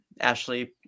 Ashley